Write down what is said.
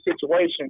situation